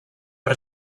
per